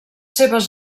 seves